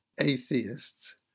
atheists